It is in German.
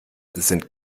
sind